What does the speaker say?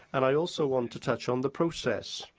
and i also want to touch on the process.